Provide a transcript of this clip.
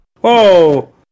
Whoa